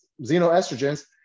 xenoestrogens